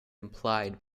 implied